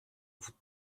vous